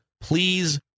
Please